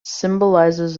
symbolizes